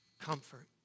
comfort